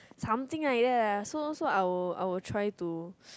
something like lah so so I will I will try to